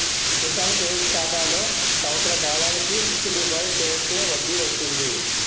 Kisan credit ఖాతాలో సంవత్సర కాలానికి ఫిక్స్ డిపాజిట్ చేస్తే వడ్డీ వస్తుంది